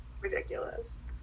ridiculous